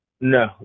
No